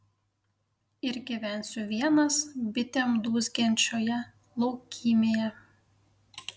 ir gyvensiu vienas bitėm dūzgiančioje laukymėje